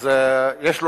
אז יש לו